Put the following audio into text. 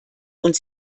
und